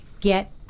Get